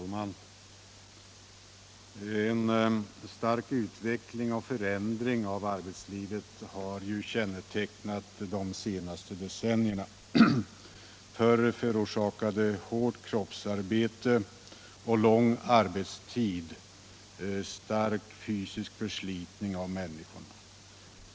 Herr talman! En stark utveckling och förändring av arbetslivet har kännetecknat de senaste decennierna. Förr förorsakade hårt kroppsarbete och lång arbetstid stark fysisk förslitning av människan.